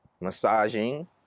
massaging